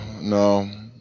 no